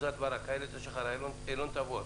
אליפלט,